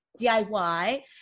DIY